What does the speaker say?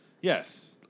Yes